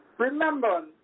Remember